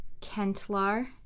Kentlar